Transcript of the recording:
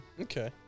Okay